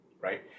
right